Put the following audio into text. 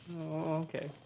okay